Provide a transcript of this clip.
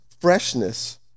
freshness